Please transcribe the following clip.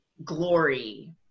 glory